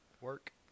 Work